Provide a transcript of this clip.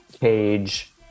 cage